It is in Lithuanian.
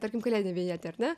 tarkim kalėdinė vinjetė ar ne